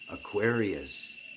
Aquarius